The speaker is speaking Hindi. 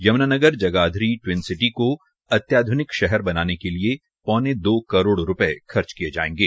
यम्नानगर जगाधरी टिवन सिटी को अत्याध्निक शहर बनाने के लिये पौने दो करोड़ रूपये खर्च किये जायेंगे